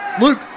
Luke